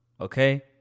okay